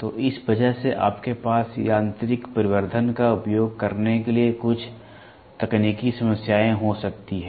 तो इस वजह से आपके पास यांत्रिक प्रवर्धन का उपयोग करने के लिए कुछ तकनीकी समस्याएं हो सकती हैं